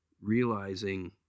realizing